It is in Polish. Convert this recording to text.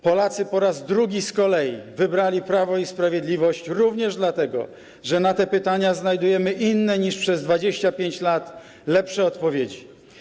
Polacy po raz drugi z kolei wybrali Prawo i Sprawiedliwość, również dlatego, że na te pytania znajdujemy inne niż przez 25 lat, lepsze odpowiedzi.